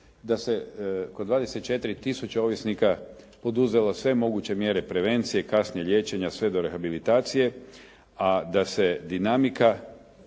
da se kod 24 tisuće ovisnika poduzelo sve moguće mjere prevencije, kasnije liječenja sve do rehabilitacije, a da se dinamika